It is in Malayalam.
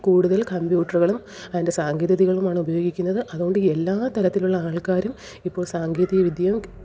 കൂടുതല് കമ്പ്യൂട്ടറുക ളും അതിന്റെ സാങ്കേതികവിദ്യകളുമാണ് ഉപപയോഗിക്കുന്നത് അതുകൊണ്ട് എല്ലാ തരത്തിലുള്ള ആള്ക്കാരും ഇപ്പോള് സാങ്കേതികവിദ്യ